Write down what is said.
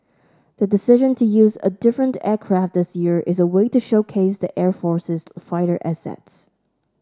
the decision to use a different aircraft this year is a way to showcase the air force's fighter assets